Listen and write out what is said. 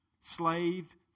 slave